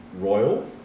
Royal